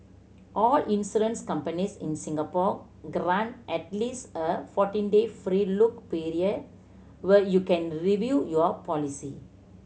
all insurance companies in Singapore grant at least a fourteen day free look period where you can review your policy